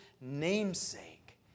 namesake